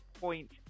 point